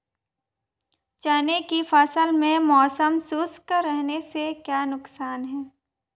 चने की फसल में मौसम शुष्क रहने से क्या नुकसान है?